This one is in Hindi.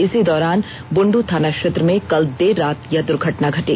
इसी दौरान बुंडू थाना क्षेत्र में कल देर रात यह दुर्घटना घटी